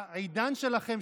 העידן שלכם,